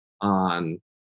on